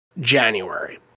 January